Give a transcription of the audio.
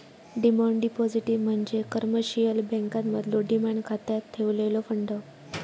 demand deposit म्हणजे commercial बँकांमधलो demand खात्यात ठेवलेलो फंड